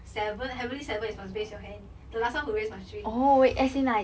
seven heavenly seven is must raise your hand the last time who raise must drink then